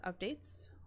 updates